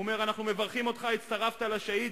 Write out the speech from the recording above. הוא אומר: אנחנו מברכים אותך, הצטרפת לשהידים.